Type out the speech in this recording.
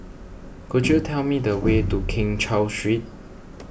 could you tell me the way to Keng Cheow Street